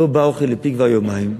לא בא אוכל לפי כבר יומיים.